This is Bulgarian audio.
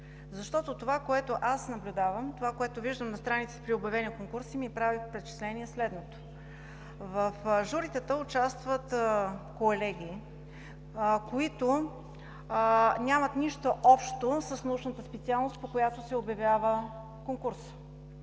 защото от това, което аз наблюдавам, което виждам на страницата при обявените конкурси, ми прави впечатление следното, че в журитата участват колеги, които нямат нищо общо с научната специалност, по която се обявява конкурсът.